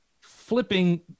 flipping